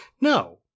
no